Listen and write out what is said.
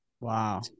Wow